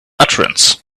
utterance